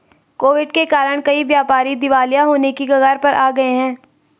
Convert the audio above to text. Covid के कारण कई व्यापारी दिवालिया होने की कगार पर आ गए हैं